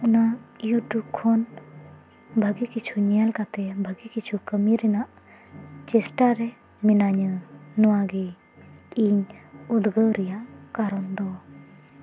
ᱚᱱᱟ ᱤᱭᱩᱴᱤᱭᱩᱵᱽ ᱠᱷᱚᱱ ᱵᱷᱟᱹᱜᱤ ᱠᱤᱪᱷᱩ ᱧᱮᱞ ᱠᱟᱛᱮᱫ ᱵᱷᱟᱹᱜᱤ ᱠᱤᱪᱷᱩ ᱠᱟᱹᱢᱤ ᱨᱮᱱᱟᱜ ᱪᱮᱥᱴᱟ ᱨᱮ ᱢᱤᱱᱟᱹᱧᱟ ᱱᱚᱣᱟ ᱜᱮ ᱤᱧ ᱩᱫᱽᱜᱟᱹᱣ ᱨᱮᱭᱟᱜ ᱠᱟᱨᱚᱱ ᱫᱚ